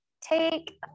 Take